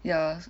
ya